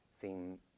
seem